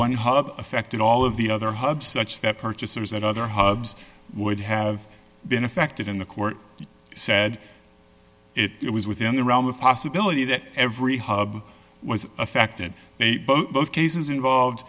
one hug affected all of the other hubs such that purchasers and other hubs would have been affected in the court said it was within the realm of possibility that every hub was affected both cases involved